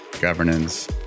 governance